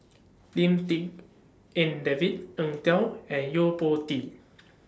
Lim Tik En David Eng Tow and Yo Po Tee